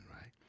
right